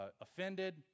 offended